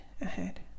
ahead